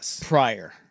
prior